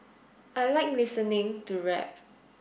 I like listening to rap